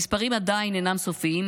המספרים עדיין אינם סופיים,